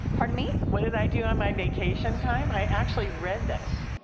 pardon me? what did i do on my vacation time? i actually read this.